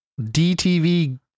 DTV